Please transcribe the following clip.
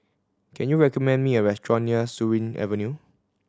can you recommend me a restaurant near Surin Avenue